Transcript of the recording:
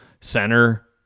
center